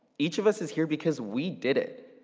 each of us is here because we did it.